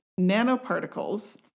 nanoparticles